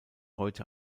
heute